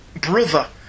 brother